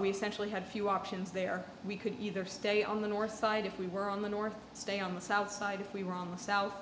we centrally had few options there we could either stay on the north side if we were on the north stay on the south side if we were on the south